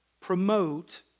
promote